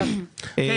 שלילי.